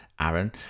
Aaron